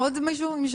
עוד מישהו?